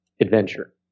adventure